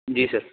جی سر